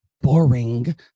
boring